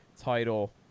title